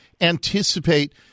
anticipate